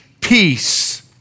peace